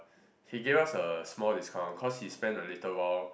he gave us a small discount cause he spent a little while